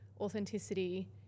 authenticity